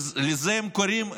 לזה הם קוראים רפורמה,